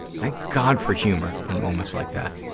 thank god for humor in moments like that,